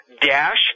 dash